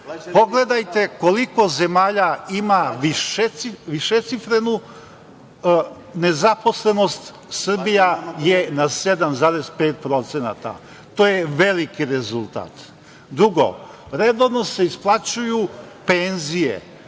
Pogledajte koliko zemalja ima višecifrenu nezaposlenost, Srbija je na 7,5%. To je veliki rezultat. Drugo, redovno se isplaćuju penzije.